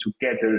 together